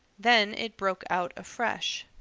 then it broke out afresh.